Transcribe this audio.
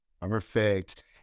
Perfect